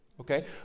Okay